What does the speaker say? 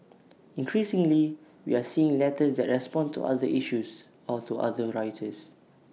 increasingly we are seeing letters that respond to other issues or to other writers